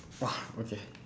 !wah! okay